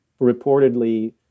reportedly